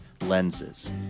lenses